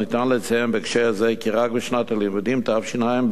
ניתן לציין בהקשר זה כי רק בשנת הלימודים תשע"ב,